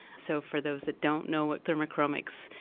so for those that don't know what thermochromics,